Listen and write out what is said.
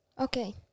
Okay